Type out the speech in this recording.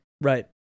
Right